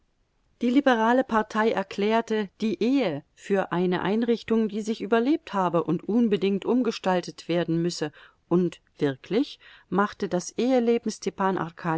die liberale partei erklärte die ehe für eine einrichtung die sich überlebt habe und unbedingt umgestaltet werden müsse und wirklich machte das eheleben stepan